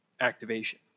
activation